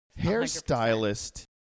Hairstylist